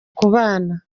kubana